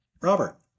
Robert